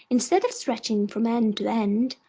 instead of stretching from end to end,